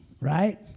right